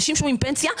אנשים שומעים פנסיה,